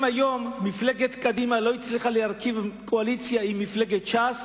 אם היום מפלגת קדימה לא הצליחה להרכיב קואליציה עם מפלגת ש"ס,